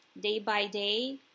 day-by-day